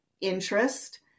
interest